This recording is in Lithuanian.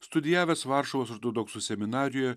studijavęs varšuvos ortodoksų seminarijoje